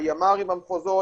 הימ"רים במחוזות,